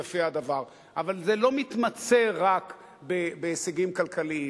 יפה הדבר, אבל זה לא מתמצה רק בהישגים כלכליים.